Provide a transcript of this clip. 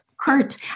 Kurt